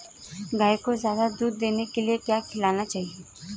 गाय को ज्यादा दूध देने के लिए क्या खिलाना चाहिए?